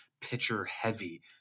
pitcher-heavy